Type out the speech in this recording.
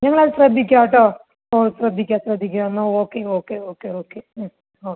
ഞങ്ങള് അത് ശ്രദ്ധിക്കാം കേട്ടോ ഓഹ് ശ്രദ്ധിക്കാം ശ്രദ്ധിക്കാം എന്നാൽ ഓക്കെ ഓക്കെ ഓക്കെ ഓക്കെ ഉം ഓക്കെ